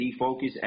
Defocus